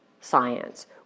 science